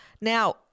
Now